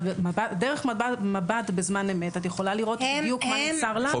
דרך מבט בזמן אמת את יכולה לראות בדיוק מה נמסר לנו.